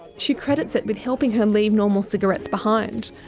she credits it with helping her leave normal cigarettes behind.